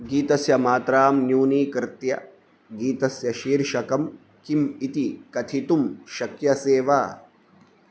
गीतस्य मात्रां न्यूनीकृत्य गीतस्य शीर्षकं किम् इति कथितुं शक्यसे वा